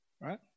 right